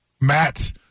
Matt